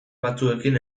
batzuekin